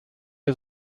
ihr